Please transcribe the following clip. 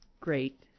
great